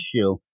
issue